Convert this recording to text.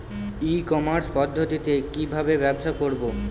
ই commerce পদ্ধতিতে কি ভাবে ব্যবসা করব?